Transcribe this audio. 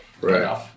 Right